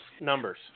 numbers